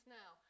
now